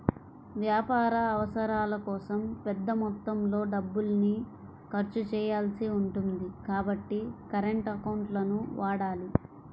వ్యాపార అవసరాల కోసం పెద్ద మొత్తంలో డబ్బుల్ని ఖర్చు చేయాల్సి ఉంటుంది కాబట్టి కరెంట్ అకౌంట్లను వాడాలి